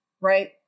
Right